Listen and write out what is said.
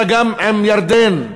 אלא גם עם ירדן.